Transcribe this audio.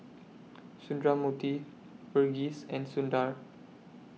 Sundramoorthy Verghese and Sundar